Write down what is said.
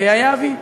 היה אבי.